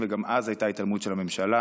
וגם אז הייתה התעלמות של הממשלה,